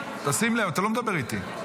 שים לב, אתה לא מדבר איתי.